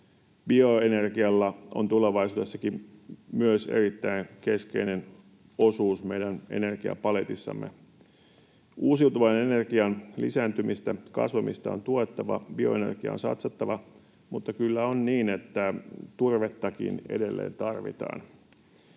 Bioenergialla on tulevaisuudessakin myös erittäin keskeinen osuus meidän energiapaletissamme. Uusiutuvan energian lisääntymistä ja kasvamista on tuettava, bioenergiaan on satsattava, mutta kyllä on niin, että turvettakin edelleen tarvitaan.